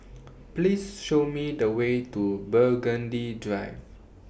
Please Show Me The Way to Burgundy Drive